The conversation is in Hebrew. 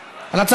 אז אנחנו נעבור,